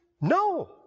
No